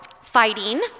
fighting